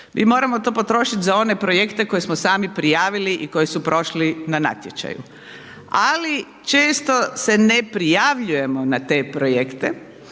Mi moramo to potrošit za one projekte koje smo sami prijavili i koji su prošli na natječaju, ali često se ne prijavljujemo na te projekte